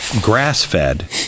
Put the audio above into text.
grass-fed